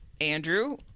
Andrew